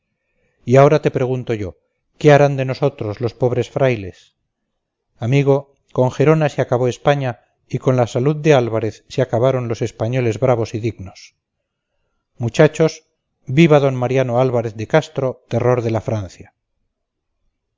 y ahora te pregunto yo qué harán de nosotros los pobres frailes amigo con gerona se acabó españa y con la salud de álvarez se acabaron los españoles bravos y dignos muchachos viva d mariano álvarez de castro terror de la francia